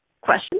question